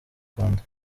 rwanda